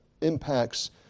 impacts